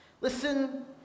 Listen